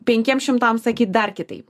penkiems šimtams sakyt dar kitaip